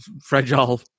fragile